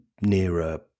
nearer